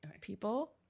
people